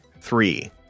three